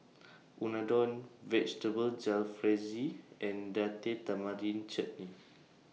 Unadon Vegetable Jalfrezi and Date Tamarind Chutney